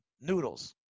noodles